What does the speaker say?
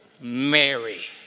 Mary